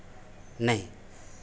नहीं